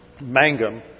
Mangum